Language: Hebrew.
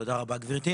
תודה רבה, גבירתי.